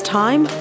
time